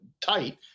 tight